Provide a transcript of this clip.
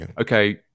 okay